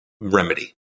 remedy